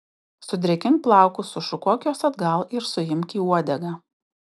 sudrėkink plaukus sušukuok juos atgal ir suimk į uodegą